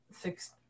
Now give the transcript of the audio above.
six